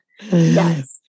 Yes